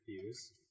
views